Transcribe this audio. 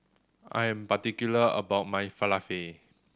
I am particular about my Falafel